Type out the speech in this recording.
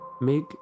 Make